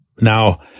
Now